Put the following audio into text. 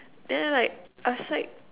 then like I was like